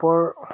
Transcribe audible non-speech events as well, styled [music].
[unintelligible]